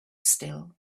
still